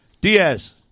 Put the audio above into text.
Diaz